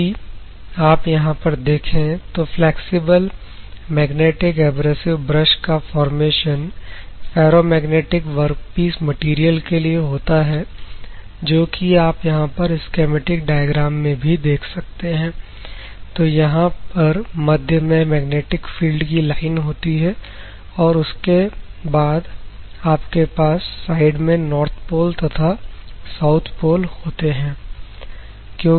यदि आप यहां पर देखें तो फ्लैक्सिबल मैग्नेटिक एब्रेसिव ब्रश का फॉरमेशन फेरोमैग्नेटिक वर्कपीस मटेरियल के लिए होता है जो कि आप यहां पर स्कीमेटिक डायग्राम में भी देख सकते हैं तो यहां पर मध्य में मैग्नेटिक फील्ड की लाइन होती है और उसके बाद आपके पास साइड में नॉर्थ पोल तथा साउथ पोल होते हैं